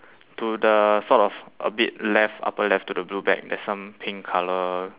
to the sort of a bit left upper left to the blue bag there's some pink colour